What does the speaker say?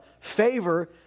favor